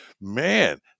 man